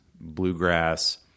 bluegrass